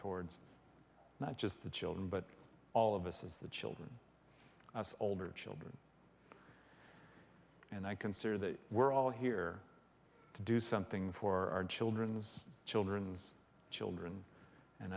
towards not just the children but all of us as the children as older children and i consider that we're all here to do something for our children's children's children